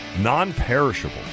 Non-perishable